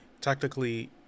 Tactically